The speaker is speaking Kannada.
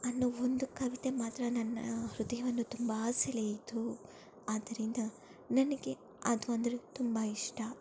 ಅನ್ನೋ ಒಂದು ಕವಿತೆ ಮಾತ್ರ ನನ್ನ ಹೃದಯವನ್ನು ತುಂಬ ಸೆಳೆಯಿತು ಆದ್ದರಿಂದ ನನಗೆ ಅದು ಅಂದರೆ ತುಂಬ ಇಷ್ಟ